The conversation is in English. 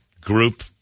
group